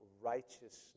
righteousness